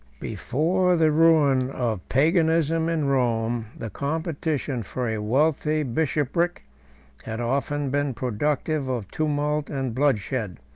before the ruin of paganism in rome, the competition for a wealthy bishopric had often been productive of tumult and bloodshed.